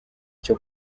cyo